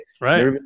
right